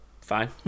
Fine